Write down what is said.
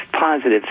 positive